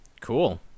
Cool